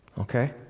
Okay